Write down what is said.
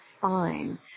fine